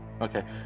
okay